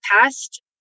past